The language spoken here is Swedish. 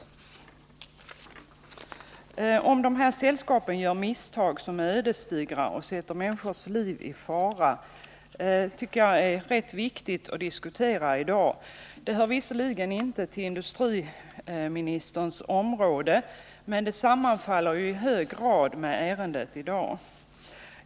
Jag tycker det är rätt viktigt att diskutera i dag om dessa sällskap gör misstag som är ödesdigra och sätter människors liv i fara. Det hör visserligen inte till industriministerns område, men det sammanfaller i hög grad med ärendet i dag.